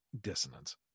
dissonance